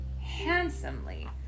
handsomely